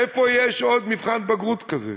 איפה עוד יש מבחן בגרות כזה?